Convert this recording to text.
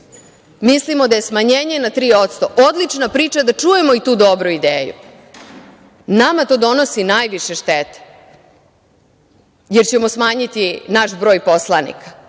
Mislimo da je smanjenje na 3% odlična priča da čujemo i tu dobru ideju. Nama to donosi najviše štete, jer ćemo smanjiti naš broj poslanika,